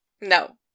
No